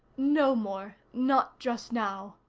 no more. not just now.